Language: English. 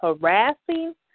harassing